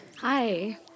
Hi